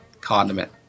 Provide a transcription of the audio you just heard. condiment